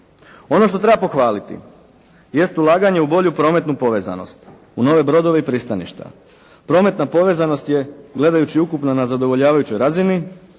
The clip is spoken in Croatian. Ono što treba pohvaliti jest ulaganje u bolju prometnu povezanost, u nove brodove i pristaništa. Prometna povezanost je gledajući ukupno na zadovoljavajućoj razini,